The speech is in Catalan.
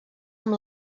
amb